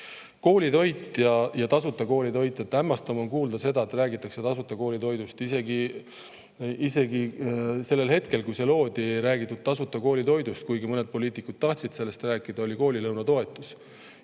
Koolitoit ja tasuta koolitoit. Hämmastav on kuulda, et räägitakse tasuta koolitoidust. Isegi sellel hetkel, kui see loodi, ei räägitud tasuta koolitoidust – kuigi mõned poliitikud tahtsid sellest rääkida –, oli koolilõuna toetus.